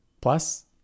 Plus